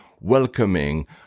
welcoming